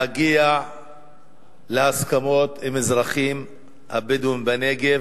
להגיע להסכמות עם האזרחים הבדואים בנגב,